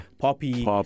poppy